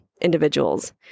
individuals